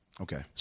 Okay